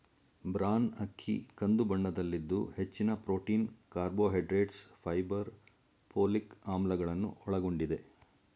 bran ಅಕ್ಕಿ ಕಂದು ಬಣ್ಣದಲ್ಲಿದ್ದು ಹೆಚ್ಚಿನ ಪ್ರೊಟೀನ್, ಕಾರ್ಬೋಹೈಡ್ರೇಟ್ಸ್, ಫೈಬರ್, ಪೋಲಿಕ್ ಆಮ್ಲಗಳನ್ನು ಒಳಗೊಂಡಿದೆ